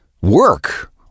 work